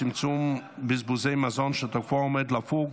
צמצום בזבוז מזון שתוקפו עומד לפוג